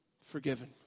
forgiven